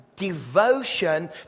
devotion